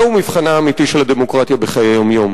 זהו מבחנה האמיתי של הדמוקרטיה בחיי יום-יום,